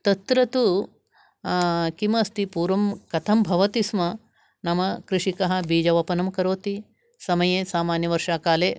तत्र तु किमस्ति पूर्वं कथं भवतिस्म नाम कृषिकः बीजवपनं करोति समये सामान्यवर्षाकाले